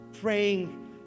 praying